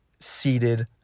seated